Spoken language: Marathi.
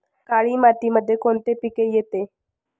काळी मातीमध्ये कोणते पिके येते?